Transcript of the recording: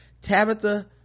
tabitha